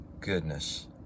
Goodness